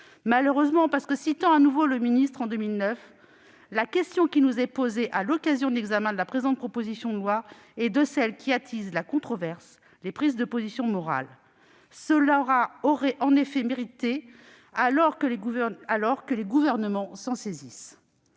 malheureusement », parce que, citant de nouveau le ministre en 2009, « la question qui nous est posée à l'occasion de l'examen de la présente proposition de loi est de celles qui attisent la controverse, les prises de position morales ». Cela aurait effectivement mérité que les gouvernements s'en saisissent